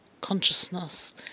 consciousness